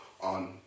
on